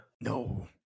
No